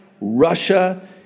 Russia